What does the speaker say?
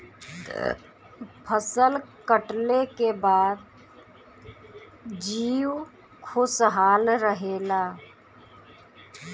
फसल कटले के बाद जीउ खुशहाल रहेला